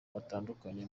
batandukanye